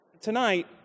Tonight